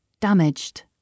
damaged